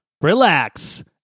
relax